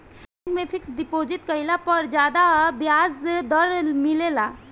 bank में fixed deposit कईला पर ज्यादा ब्याज दर मिलेला